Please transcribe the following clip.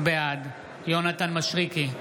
בעד יונתן מישרקי,